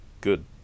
Good